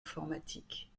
informatiques